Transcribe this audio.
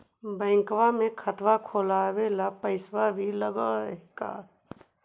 Bank में खाता खोलाबे ल पैसा भी लग है का?